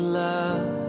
love